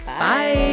Bye